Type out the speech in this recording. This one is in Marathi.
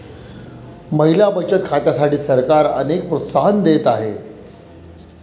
महिला बचत खात्यांसाठी सरकार अनेक प्रोत्साहन देत आहे